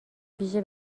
ویژه